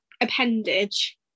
appendage